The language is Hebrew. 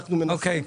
אנחנו מנסים,